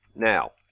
Now